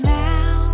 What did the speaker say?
now